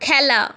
খেলা